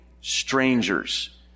strangers